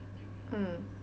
mm